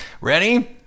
Ready